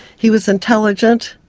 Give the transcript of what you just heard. he was intelligent,